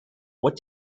what